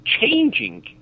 changing